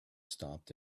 stopped